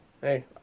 hey